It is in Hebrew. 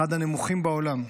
אחד הנמוכים בעולם,